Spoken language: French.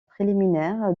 préliminaires